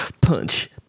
Punch